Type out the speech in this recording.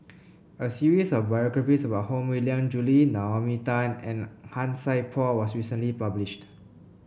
a series of biographies about Koh Mui Hiang Julie Naomi Tan and Han Sai Por was recently published